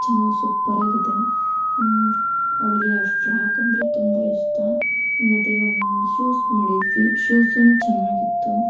ಚೆನ್ನಾಗಿ ಸೂಪ್ಪರಾಗಿದೆ ಅವಳಿಗೆ ಆ ಫ್ರಾಕ್ ಅಂದರೆ ತುಂಬ ಇಷ್ಟ ಮತ್ತೆ ಒಂದು ಶೂಸ್ ಮಾಡಿದ್ವಿ ಶೂಸೂ ಚೆನ್ನಾಗಿತ್ತು